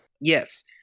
Yes